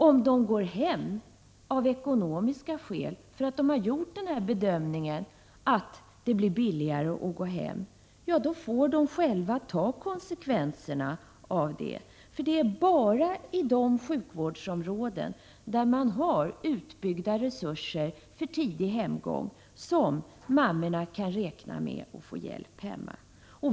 Om de går hem därför att de har gjort bedömningen att detta blir billigare, får de själva ta konsekvenserna. Det är bara i de sjukvårdsområden som har utbyggda resurser för tidig hemgång som mammorna kan räkna med att få hjälp hemma.